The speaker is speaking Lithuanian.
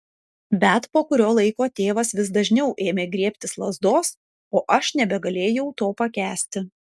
bet po kurio laiko tėvas vis dažniau ėmė griebtis lazdos o aš nebegalėjau to pakęsti